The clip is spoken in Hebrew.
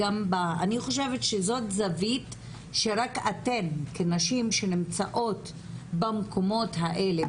אני חושבת שזאת זווית שרק אתן כנשים שנמצאות במקומות האלה,